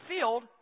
field